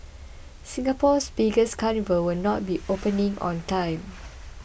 Singapore's biggest carnival will not be opening on time